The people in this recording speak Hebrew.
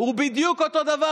הוא בדיוק אותו דבר.